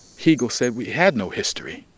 hegel said we had no history,